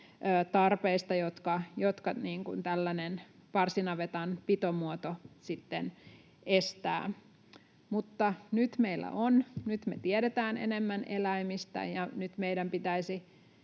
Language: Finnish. tarpeista, jotka tällainen parsinavetan pitomuoto sitten estää, mutta nyt meillä on, nyt me tiedetään enemmän eläimistä, ja nyt meidän pitäisi